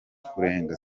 kurenga